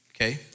Okay